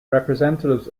representatives